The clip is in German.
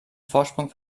vorsprung